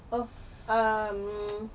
oh um